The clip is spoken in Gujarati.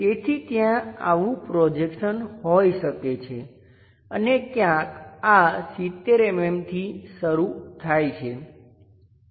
તેથી ત્યાં આવું પ્રોજેક્શન હોઈ શકે છે અને ક્યાંક આ 70 mm થી શરૂ થાય છે